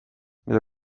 mida